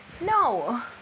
no